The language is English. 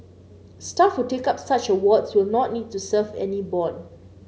staff who take up such awards will not need to serve any bond